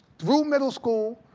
through middle school,